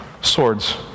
swords